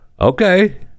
okay